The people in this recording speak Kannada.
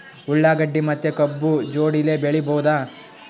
ಉಳ್ಳಾಗಡ್ಡಿ ಮತ್ತೆ ಕಬ್ಬು ಜೋಡಿಲೆ ಬೆಳಿ ಬಹುದಾ?